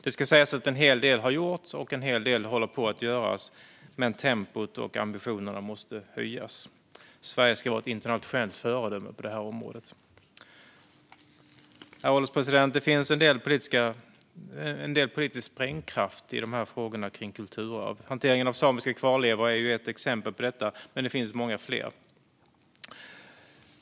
Det ska sägas att en hel del har gjorts och att en hel del håller på att göras, men tempot och ambitionerna måste höjas. Sverige ska vara ett internationellt föredöme på det här området. Herr ålderspresident! Det finns en del politisk sprängkraft i frågorna kring kulturarv. Hanteringen av samiska kvarlevor är ju ett exempel på detta, men det finns många fler.